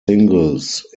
singles